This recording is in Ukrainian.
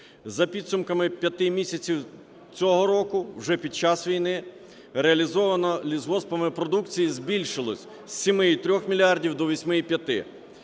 За підсумками п'яти місяців цього року, вже під час війни, реалізованої лісгоспами продукції збільшилось: з 7,3 мільярдів до 8,5.